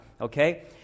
Okay